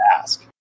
ask